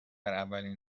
اولین